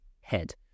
head